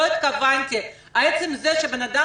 עצם זה שאדם